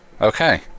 Okay